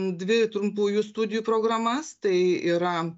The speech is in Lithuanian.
dvi trumpųjų studijų programas tai yra